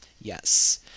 Yes